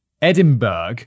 Edinburgh